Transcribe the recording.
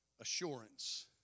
assurance